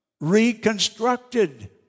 reconstructed